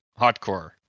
hardcore